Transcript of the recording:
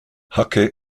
hacke